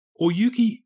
Oyuki